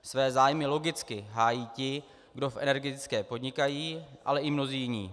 Své zájmy logicky hájí ti, kdo v energetice podnikají, ale i mnozí jiní.